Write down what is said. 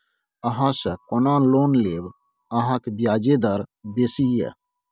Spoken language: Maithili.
अहाँसँ कोना लोन लेब अहाँक ब्याजे दर बेसी यै